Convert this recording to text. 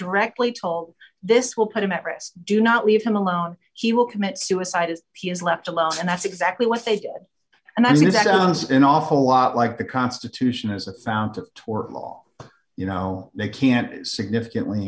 directly told this will put him at risk do not leave him alone he will commit suicide as he is left alone and that's exactly what they did and that's an awful lot like the constitution as a fount of tort law you know they can't significantly